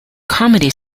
comedy